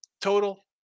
total